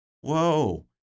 Whoa